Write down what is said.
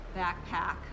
backpack